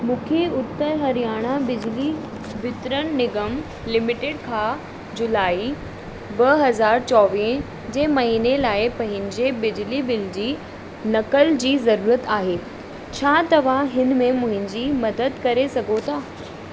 मूंखे उत्तर हरियाणा बिजली वितरण निगम लिमिटेड खां जुलाई ॿ हज़ार चौवीह जे महिने लाइ पंहिंजे बिजली बिल जी नकल जी ज़रूरत आहे छा तव्हां हिनि में मुंहिंजी मदद करे सघो था